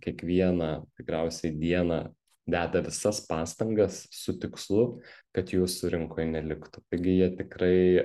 kiekvieną tikriausiai dieną deda visas pastangas su tikslu kad jūsų rinkoj neliktų taigi jie tikrai